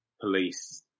police